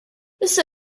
issa